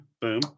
boom